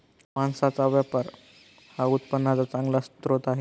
मांसाचा व्यापार हा उत्पन्नाचा चांगला स्रोत आहे